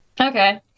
Okay